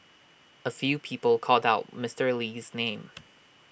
A few people called out Mister Lee's name